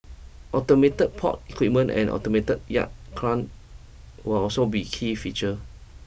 automated port equipment and automated yard will also be key feature